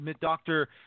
Dr